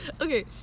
Okay